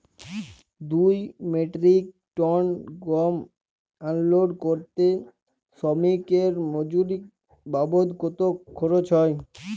দুই metric ton গম unload করতে শ্রমিক এর মজুরি বাবদ কত খরচ হয়?